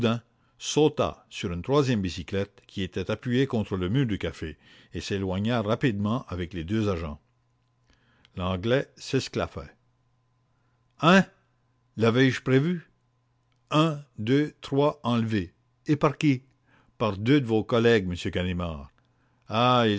sur une troisième bicyclette qui était appuyée contre le mur du café et s'éloigna rapidement avec les deux agents l'anglais s'esclaffa u n drame au milieu de la seine hein lavais je prévu un deux trois enlevé et par qui par deux de vos collègues m ganimard ah